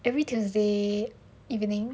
every tuesday evening